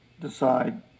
decide